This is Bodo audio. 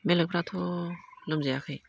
बेलेगफ्राथ' लोमजायाखै